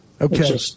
Okay